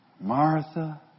Martha